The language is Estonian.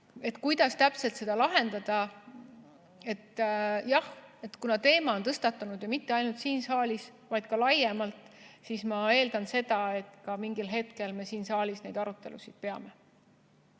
Kuidas täpselt seda lahendada? Jah, kuna teema on tõstatunud mitte ainult siin saalis, vaid ka laiemalt, siis ma eeldan seda, et mingil hetkel me siin saalis neid arutelusid peame.